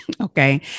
Okay